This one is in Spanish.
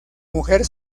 mujer